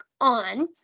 on